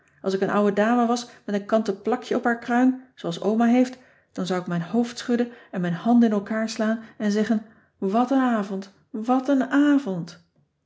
als ik een ouwe dame was met een kanten plakje op haar kruin zooals oma heeft dan zou ik mijn hoofd schudden en mijn handen in elkaar slaan en zeggen wat n avond wat n avond